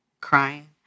crying